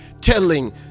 Telling